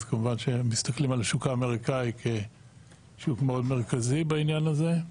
אז כמובן שמסתכלים על השוק האמריקאי כשוק מאוד מרכזי בעניין הזה.